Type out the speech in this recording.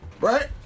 Right